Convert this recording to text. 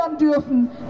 dürfen